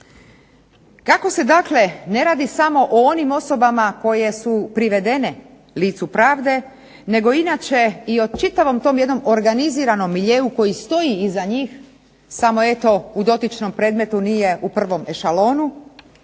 Kako se dakle ne radi samo o onim osobama koje su privedene licu pravde nego inače i o čitavom tom jednom organiziranom miljeu koji stoji iza njih, samo eto u dotičnom predmetu nije u prvome šalonu,